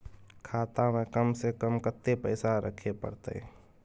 खाता में कम से कम कत्ते पैसा रखे परतै?